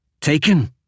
Taken